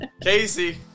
casey